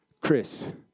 Chris